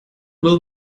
will